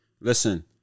Listen